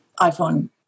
iphone